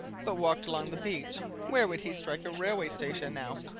but walked along the beach where would he strike a railway station, now?